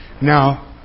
Now